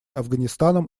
афганистаном